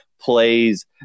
plays